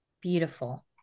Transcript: beautiful